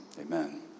amen